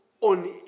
on